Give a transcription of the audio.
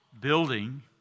building